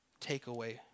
takeaway